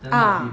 ah